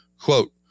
Quote